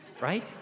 Right